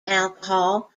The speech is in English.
alcohol